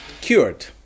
cured